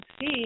see